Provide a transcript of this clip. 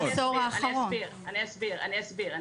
אני אסביר.